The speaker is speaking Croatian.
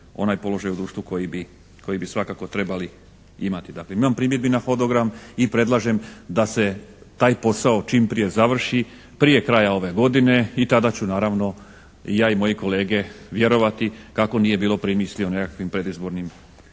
onaj položaj u društvu koji bi svakako trebali imati. Dakle, imam primjedbi na hodogram i predlažem da se taj posao čim prije završi prije kraja ove godine i tada ću naravno ja i moji kolege vjerovati kako nije bilo primisli o nekakvim predizbornim